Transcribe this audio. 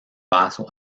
paso